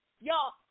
Y'all